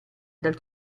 dal